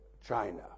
China